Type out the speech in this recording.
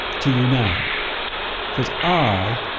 to you now that i